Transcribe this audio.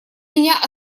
меня